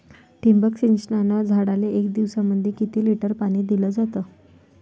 ठिबक सिंचनानं झाडाले एक दिवसामंदी किती लिटर पाणी दिलं जातं?